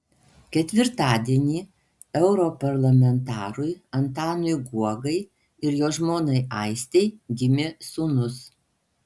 ketvirtadienį europarlamentarui antanui guogai ir jo žmonai aistei gimė sūnus